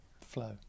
flow